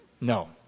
No